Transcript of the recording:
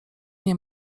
nie